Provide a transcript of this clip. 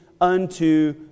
unto